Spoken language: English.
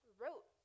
wrote